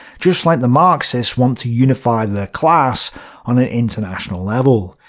just like the marxists want to unify the class on an international level.